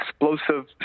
explosive